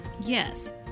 Yes